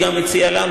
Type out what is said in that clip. היא גם הציעה לנו,